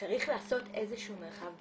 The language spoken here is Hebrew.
צריך לעשות איזה שהוא מרחב ביניים.